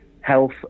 health